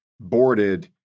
boarded